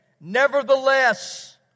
nevertheless